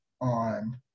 on